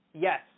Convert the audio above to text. Yes